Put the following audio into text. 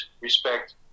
respect –